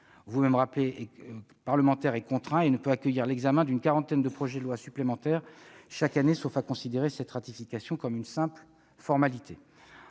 combien le calendrier parlementaire est contraint et ne peut accueillir l'examen d'une quarantaine de projets de loi supplémentaires chaque année, sauf à considérer cette ratification comme une simple formalité.